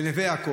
בנווה יעקב.